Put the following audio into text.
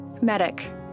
Medic